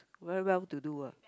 very well to do ah